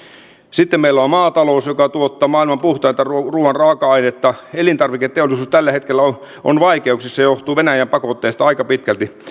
sitten meillä on maatalous joka tuottaa maailman puhtainta ruuan raaka ainetta elintarviketeollisuus tällä hetkellä on vaikeuksissa johtuu venäjän pakotteista aika pitkälti